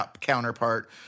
counterpart